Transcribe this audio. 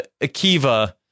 Akiva